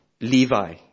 Levi